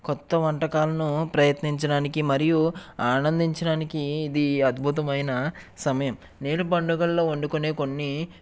కొత్త వంటకాలును ప్రయత్నించడానికి మరియు ఆనందించడానికి ఇది అద్భుతమైన సమయం నేను పండుగలలో వండుకునే కొన్ని